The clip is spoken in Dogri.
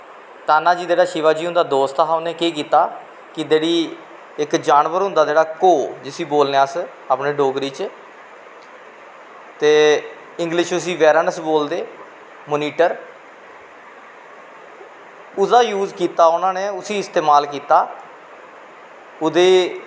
ताना जी जेह्ड़ा शिवाजी होंदा दोस्त हा उनैं केह् कीता जेह्ड़ा जानवर होंदा घोह् जिसी बोलने अस अपनी डोगरी च ते इंगलिश च उसी बारानस बोलदे मोनिटर ओह्दा यूस कीता ओह्दा इस्तेमाल कीता ओह्दे